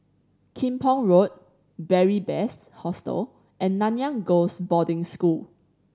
Kim Pong Road Beary Best Hostel and Nanyang Girls' Boarding School